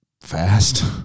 fast